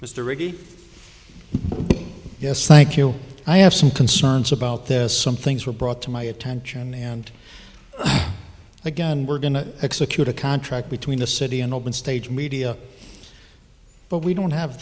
ready yes thank you i have some concerns about this some things were brought to my attention and again we're going to execute a contract between the city and open stage media but we don't have